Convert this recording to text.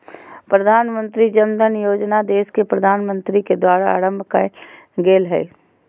प्रधानमंत्री जन धन योजना देश के प्रधानमंत्री के द्वारा आरंभ कइल गेलय हल